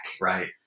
Right